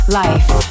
life